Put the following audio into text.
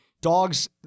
dogs